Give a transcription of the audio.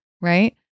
right